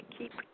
keep